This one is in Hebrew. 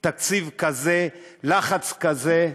תקציב כזה, לחץ כזה.